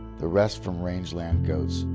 the rest from rangeland goats,